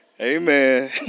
Amen